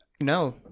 no